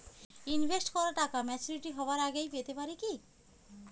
Invest করা টাকা maturity হবার আগেই পেতে পারি কি?